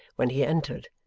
when he entered,